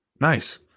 Nice